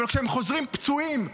אבל כשהם חוזרים פצועים,